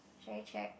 should I check